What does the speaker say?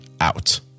out